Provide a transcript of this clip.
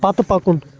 پَتہٕ پَکُن